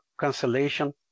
cancellation